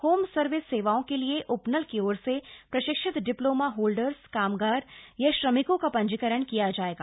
home service सेवाओं के लिए उपनल की ओर से प्रशिक्षित डिप्लोमा होल्डर्स कामगार या श्रमिकों का पंजीकरण किया जाएगा